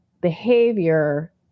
behavior